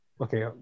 okay